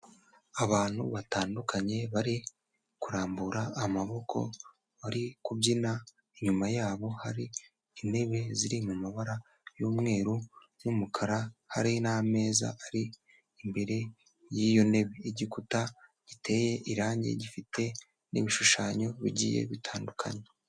Abantu batandukanye bari kurambura amaboko bari kubyina, inyuma yabo hari intebe ziri mu mabara y'umweru n'umukara hari n'ameza ari imbere y'iyo ntebe, igikuta giteye irangi gifite n'ibishushanyo bigiye bitandukanye.